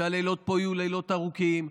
שהלילות פה יהיו לילות ארוכים,